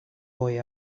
boy